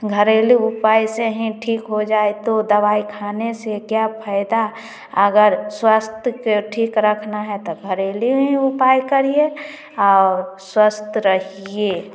घरेलू उपाय से ही ठीक हो जाए करते हैं तो दवाई खाने से क्या फैदा अगर स्वास्थ्य को ठीक रखना है त घरेलू ही उपाय करिए आउर स्वस्थ रहिए